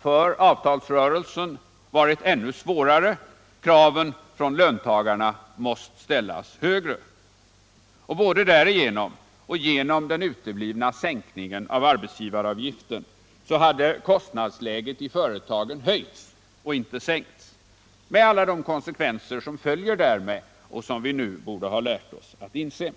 för avtalsrörelsen varit ännu svårare och kraven från löntagarna måst ställas högre. Både därigenom och genom den uteblivna sänkningen av arbetsgivaravgiften hade kostnadsläget i företagen höjts i stället för att sänkas med alla de konsekvenser som det hade fört med sig och som vi nu borde ha lärt oss inse.